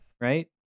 right